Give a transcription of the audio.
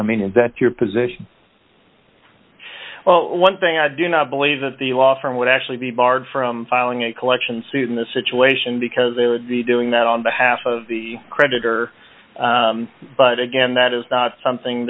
i mean is that your position well one thing i do not believe that the law firm would actually be barred from filing a collection suit in this situation because they would be doing that on behalf of the creditor but again that is not something